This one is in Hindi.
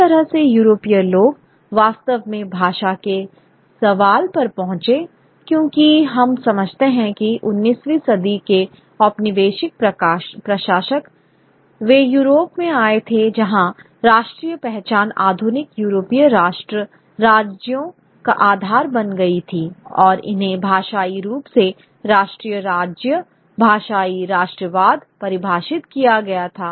जिस तरह से यूरोपीय लोग वास्तव में भाषा के सवाल पर पहुंचे क्योंकि हम समझते हैं कि 19 वीं सदी के औपनिवेशिक प्रशासक वे यूरोप से आए थे जहां राष्ट्रीय पहचान आधुनिक यूरोपीय राष्ट्र राज्यों का आधार बन गई थी और इन्हें भाषाई रूप से राष्ट्र राज्य भाषाई राष्ट्रवाद परिभाषित किया गया था